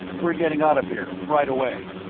we're getting out of here, right away.